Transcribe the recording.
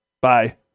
bye